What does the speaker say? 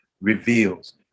reveals